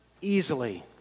easily